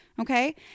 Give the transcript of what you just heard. Okay